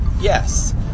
yes